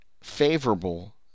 favorable